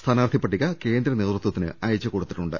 സ്ഥാനാർത്ഥി പട്ടിക കേന്ദ്ര നേതൃത്വത്തിന് അയച്ചുകൊടുത്തിട്ടുണ്ട്